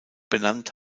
benannt